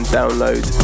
download